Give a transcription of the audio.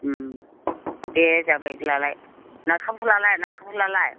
दे जाबाय बिदिब्लालाय नाखाफुलालाय नाखाफुलालाय